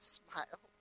smile